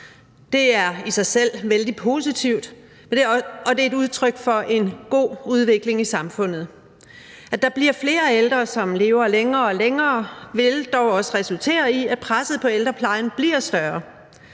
Det er i sig selv vældig positivt, og det er jo et udtryk for en god udvikling i samfundet. At der bliver flere ældre, som lever længere og længere, vil dog også resultere i, at presset på ældreplejen bliver større.